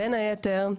בין היתר,